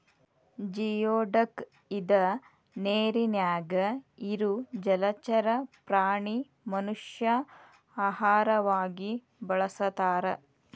geoduck ಇದ ನೇರಿನ್ಯಾಗ ಇರು ಜಲಚರ ಪ್ರಾಣಿ ಮನಷ್ಯಾ ಆಹಾರವಾಗಿ ಬಳಸತಾರ